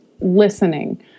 Listening